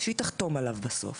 שהיא תחתום עליו בסוף